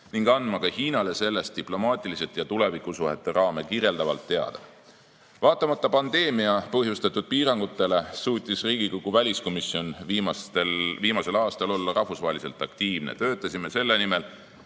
ning andma ka Hiinale sellest diplomaatiliselt ja tulevikusuhete raame kirjeldavalt teada. Vaatamata pandeemia põhjustatud piirangutele suutis Riigikogu väliskomisjon viimasel aastal olla rahvusvaheliselt aktiivne. Töötasime selle nimel,